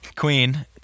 queen